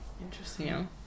Interesting